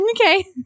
Okay